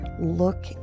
look